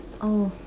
oh